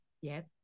Yes